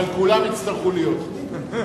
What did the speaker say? אבל כולם יצטרכו להיות פה.